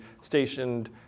stationed